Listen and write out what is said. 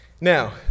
Now